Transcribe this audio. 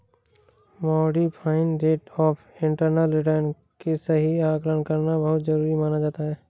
modified rate of internal return के सही आकलन करना बहुत जरुरी माना जाता है